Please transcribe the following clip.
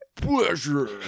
pleasure